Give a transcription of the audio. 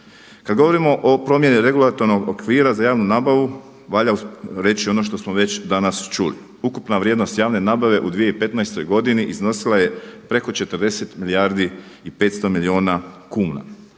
Kad govorimo o promjeni regulatornog okvira za javnu nabavu valja reći ono što smo već danas čuli. Ukupna vrijednost javne nabave u 2015. godini iznosila je preko 40 milijardi i 500 milijuna kuna.